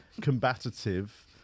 combative